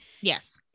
yes